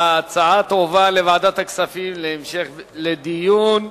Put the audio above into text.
ההצעה תועבר לוועדת הכספים להמשך דיון.